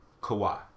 Kawhi